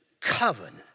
covenant